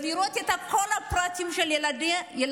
ולראות את כל הפרטים של ילדיי?